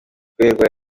ikorerwa